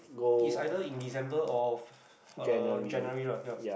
is either in December or uh January lah ya